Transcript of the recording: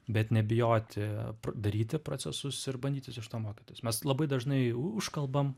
bet nebijoti daryti procesus ir bandytis iš to mokytis mes labai dažnai užkalbam